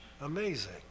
amazing